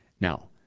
Now